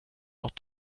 not